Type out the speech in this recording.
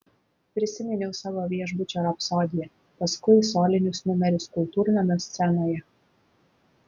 prisiminiau savo viešbučio rapsodiją paskui solinius numerius kultūrnamio scenoje